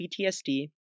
PTSD